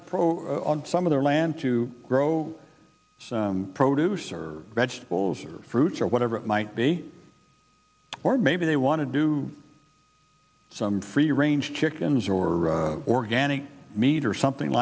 to produce some of their land to grow produce or vegetables or fruit or whatever it might be or maybe they want to do some free range chickens or organic meat or something